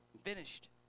finished